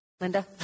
Linda